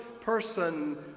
person